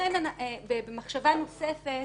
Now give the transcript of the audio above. ולכן, במחשבה נוספת,